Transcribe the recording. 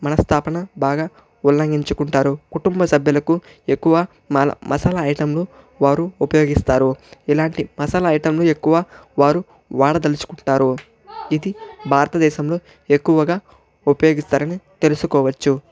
మనస్తాపన బాగా ఉల్లంగించుకుంటారు కుటుంభసభ్యులకు ఎక్కువ మ మసాలా ఐటెంలు వారు ఉపయోగిస్తారు ఇలాంటి మసాలా ఐటెంలు ఎక్కువ వారు వాడదలుచుకుంటారు ఇది భారతదేశంలో ఎక్కువగా ఉపయోగిస్తారని తెలుసుకోవచ్చు